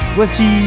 Voici